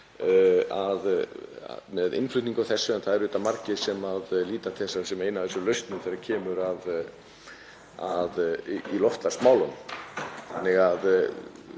með innflutning á þessu. En það eru margir sem líta til þessa sem einnar af þessum lausnum þegar kemur að loftslagsmálum.